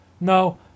No